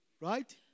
Right